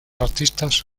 artistas